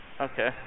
Okay